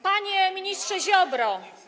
Panie Ministrze Ziobro!